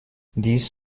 this